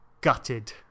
Gutted